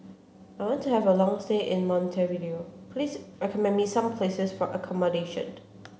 I want to have a long stay in Montevideo please recommend me some places for accommodation